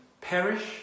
perish